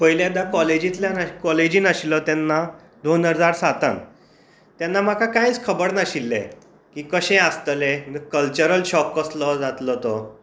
पयल्यांदा काॅलेजींतल्यान काॅलेजीन आशिल्लो तेन्ना दोन हजार सातान तेन्ना म्हाका कांयच खबर नाशिल्लें की कशें आसतलें कल्चरल शाॅक कसलो जातलो तो